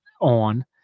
on